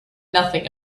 nothing